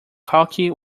cocky